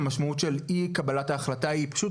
המשמעות של אי קבלת ההחלטה היא פשוט